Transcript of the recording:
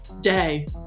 day